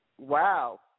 Wow